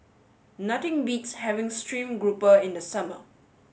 nothing beats having stream grouper in the summer